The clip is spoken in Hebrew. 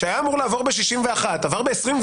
אם זה עניין שחוק שהיה אמור לעבור ב-61 ועבר ב-24,